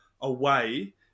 away